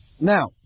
Now